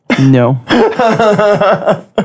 no